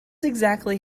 exactly